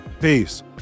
Peace